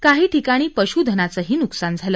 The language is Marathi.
काही ठिकाणी पश्धनाचंही न्कसान झालं